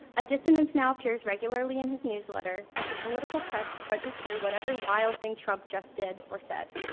a dissonance now appears regularly in his newsletter, as the political press trudges through whatever wild thing trump just did or said.